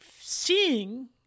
seeing